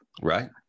Right